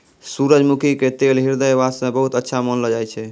सूरजमुखी के तेल ह्रदय वास्तॅ बहुत अच्छा मानलो जाय छै